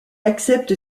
accepte